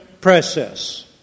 process